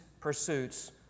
pursuits